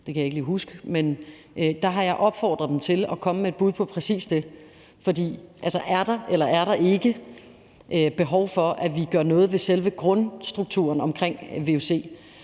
det kan jeg ikke lige huske – opfordrede jeg dem til at komme med et bud på præcis det her, altså om der er eller ikke er et behov for, at vi gør noget ved selve grundstrukturen på vuc.